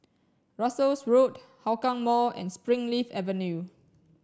Russels Road Hougang Mall and Springleaf Avenue